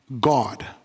God